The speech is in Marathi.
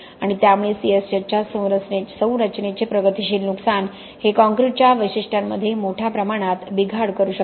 आणि त्यामुळे C S H च्या संरचनेचे प्रगतीशील नुकसान हे कॉंक्रिटच्या वैशिष्ट्यांमध्ये मोठ्या प्रमाणात बिघाड करू शकता